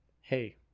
hey